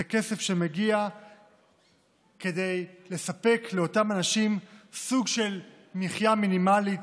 זה כסף שמגיע כדי לספק לאותם אנשים סוג של מחיה מינימלית,